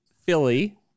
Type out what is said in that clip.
Philly